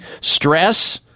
stress